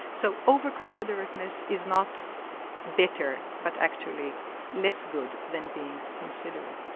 so over-considerateness is not better, but actually less good than being considerate.